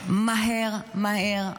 מהר מהר,